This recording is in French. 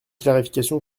clarification